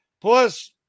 plus